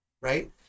right